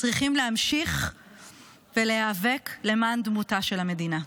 צריכים להמשיך ולהיאבק למען דמותה של המדינה.